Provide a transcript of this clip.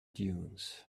dunes